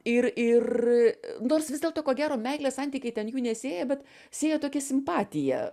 ir ir nors vis dėlto ko gero meilės santykiai ten jų nesieja bet sieja tokia simpatija